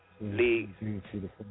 League